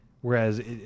Whereas